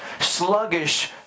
Sluggish